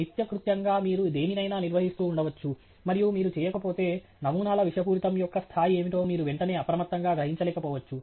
నిత్యకృత్యంగా మీరు దేనినైనా నిర్వహిస్తూ ఉండవచ్చు మరియు మీరు చేయకపోతే నమూనాల విషపూరితం యొక్క స్థాయి ఏమిటో మీరు వెంటనే అప్రమత్తంగా గ్రహించలేకపోవచ్చు